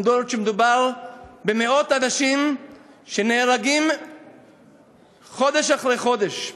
אף שמדובר במאות אנשים שנהרגים חודש אחרי חודש.